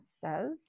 says